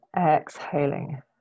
exhaling